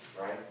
right